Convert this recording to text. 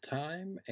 time